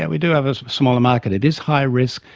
and we do have a smaller market. it is high risk.